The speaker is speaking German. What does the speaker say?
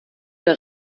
der